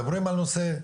מדברים בנושא,